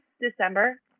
December